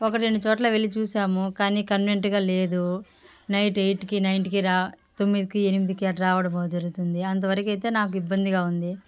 ఒకటి రెండు చోట్ల వెళ్ళి చూశాము కానీ కన్వీనెంట్గా లేదు నైట్ ఎయిట్కి నైన్కి రా తొమ్మిదికి ఎనిమిదికి అట్ట రావడము జరుగుతుంది అంతవరకు అయితే నాకు ఇబ్బందిగా ఉంది